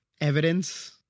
evidence